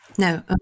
No